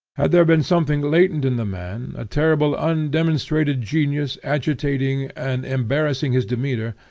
had there been something latent in the man, a terrible undemonstrated genius agitating and embarrassing his demeanor,